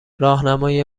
راهنمای